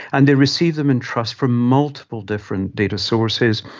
and they receive them in trust from multiple different data sources.